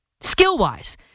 skill-wise